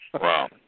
Wow